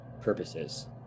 purposes